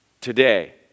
today